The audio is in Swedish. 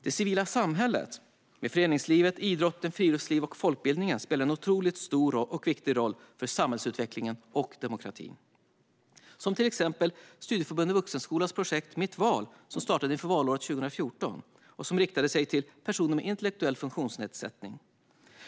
Det civila samhället med föreningslivet, idrotten, friluftslivet och folkbildningen spelar en otroligt stor och viktig roll för samhällsutvecklingen och demokratin. Det gäller till exempel Studieförbundet Vuxenskolans projekt Mitt Val, som startade inför valåret 2014 och som riktade sig till personer med intellektuell funktionsnedsättning.